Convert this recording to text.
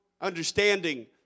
understanding